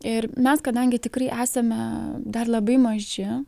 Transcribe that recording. ir mes kadangi tikrai esame dar labai maži